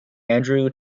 andrew